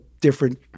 different